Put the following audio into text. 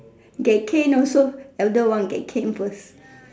get caned also elder one get caned first